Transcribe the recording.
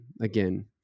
again